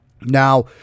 now